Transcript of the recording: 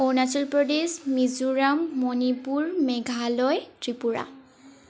Arunachal Pradesh Mizoram Manipur Meghalaya Tripura